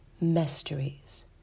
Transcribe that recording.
mysteries